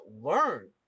learn